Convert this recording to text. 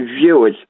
viewers